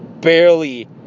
barely